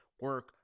Work